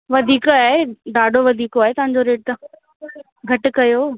वधीक आहे ॾाढो वधीक आहे तव्हांजो रेट घटि कयो